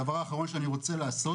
קשה בהחלט לדבר אחרי אירוע מרגש כזה